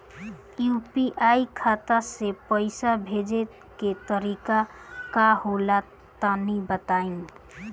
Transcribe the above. UPI खाता से पइसा भेजे के तरीका का होला तनि बताईं?